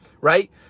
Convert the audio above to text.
right